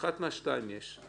או